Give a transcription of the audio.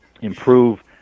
improve